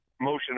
motion